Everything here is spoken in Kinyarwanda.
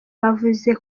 bavuze